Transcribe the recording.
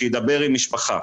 שידבר עם משפחה,